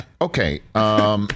Okay